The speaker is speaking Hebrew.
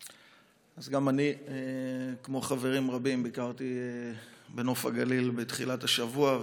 גם אני כמו חברים רבים ביקרתי בנוף הגליל בתחילת השבוע.